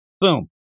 Boom